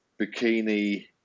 Bikini